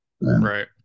right